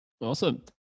Awesome